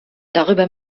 darüber